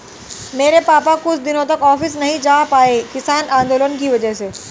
मेरे पापा कुछ दिनों तक ऑफिस नहीं जा पाए किसान आंदोलन की वजह से